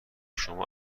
شما